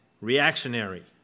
Reactionary